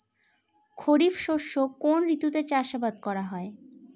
খরিফ শস্য কোন ঋতুতে চাষাবাদ করা হয়?